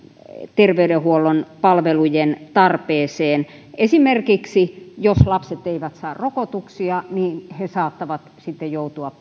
terveydenhuollon palvelujen tarpeeseen esimerkiksi jos lapset eivät saa rokotuksia niin he saattavat sitten joutua